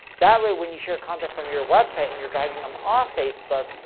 that way when you share content from your website and you're driving them off facebook,